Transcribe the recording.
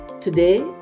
today